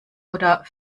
oder